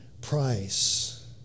price